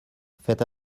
faites